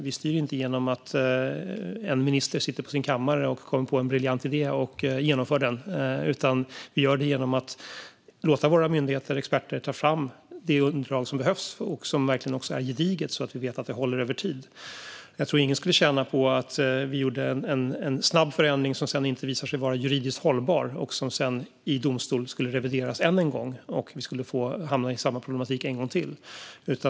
Vi styr inte genom att en minister sitter på sin kammare och kommer på en briljant idé och genomför den, utan vi gör det genom att låta våra myndigheter och experter ta fram det underlag som behövs och som är så gediget att det håller över tid. Jag tror inte att någon skulle tjäna på att vi gjorde en snabb förändring som sedan inte visar sig vara juridisk hållbar utan som i domstol skulle revideras än en gång. Då skulle vi hamna i samma problematik en gång till.